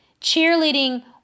cheerleading